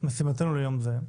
משימתנו ליום זה.